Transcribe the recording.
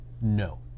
No